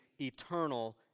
eternal